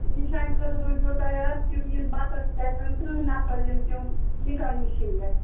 نِشانہِ خٲطرٕ روٗزیو تَیار تِم یِن بَتَس پٮ۪ٹھ تٕرٕہ نَفر یِن تِم نَکاہ نِشٲنۍ گژھِ